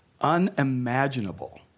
unimaginable